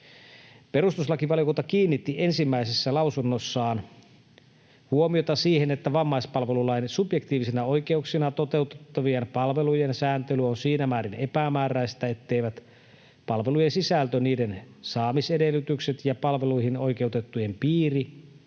Perustuslakivaliokunta kiinnitti ensimmäisessä lausunnossaan huomiota siihen, että vammaispalvelulain subjektiivisina oikeuksina toteutettavien palvelujen sääntely on siinä määrin epämääräistä, etteivät palvelujen sisältö, niiden saamisedellytykset ja palveluihin oikeutettujen piiri